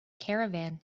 caravan